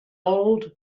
old